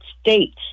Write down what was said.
states